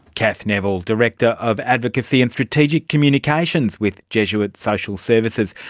cath neville, director of advocacy and strategic communications with jesuit social services,